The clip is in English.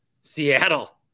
Seattle